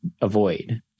avoid